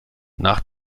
nach